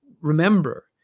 remember